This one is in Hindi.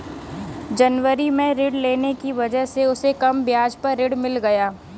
जनवरी में ऋण लेने की वजह से उसे कम ब्याज पर ऋण मिल गया